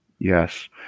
Yes